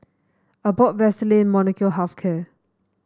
Abbott Vaselin Molnylcke Health Care